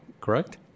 correct